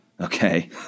Okay